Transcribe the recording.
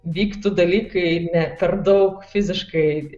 vyktų dalykai ne per daug fiziškai